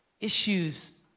issues